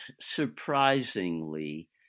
surprisingly